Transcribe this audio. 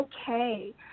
okay